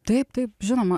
taip taip žinoma